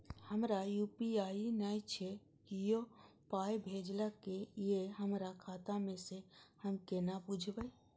हमरा यू.पी.आई नय छै कियो पाय भेजलक यै हमरा खाता मे से हम केना बुझबै?